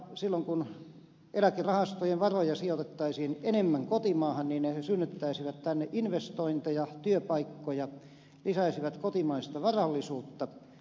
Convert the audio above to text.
silloin kun eläkerahastojen varoja sijoitettaisiin enemmän kotimaahan niin ne synnyttäisivät tänne investointeja työpaikkoja lisäisivät kotimaista varallisuutta